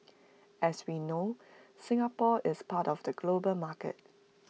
as we know Singapore is part of the global market